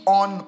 on